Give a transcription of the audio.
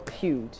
huge